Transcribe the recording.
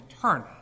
turn